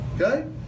Okay